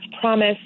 promise